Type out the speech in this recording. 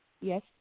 yes